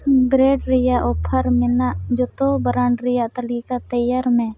breads ᱨᱮᱭᱟᱜ ᱚᱯᱷᱟᱨ ᱢᱮᱱᱟᱜ ᱡᱚᱛᱚ ᱵᱨᱟᱱᱰ ᱨᱮᱭᱟᱜ ᱛᱟᱹᱞᱤᱠᱟ ᱛᱮᱭᱟᱨ ᱢᱮ